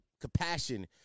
compassion